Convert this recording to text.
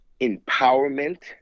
empowerment